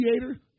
creator